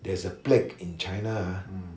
there is a plague in china ah